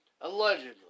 Allegedly